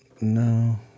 No